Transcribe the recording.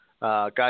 Guys